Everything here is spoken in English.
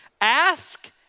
Ask